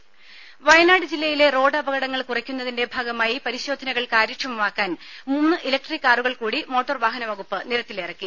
രംഭ വയനാട് ജില്ലയിലെ റോഡപകടങ്ങൾ കുറയ്ക്കുന്നതിന്റെ ഭാഗമായി പരിശോധനകൾ കാര്യക്ഷമമാക്കാൻ മൂന്ന് ഇലക്ട്രിക് കാറുകൾ കൂടി മോട്ടോർ വാഹന വകുപ്പ് നിരത്തിലിറക്കി